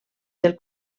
del